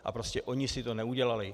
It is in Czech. A prostě oni si to neudělali.